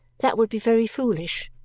that would be very foolish.